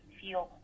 feel